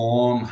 on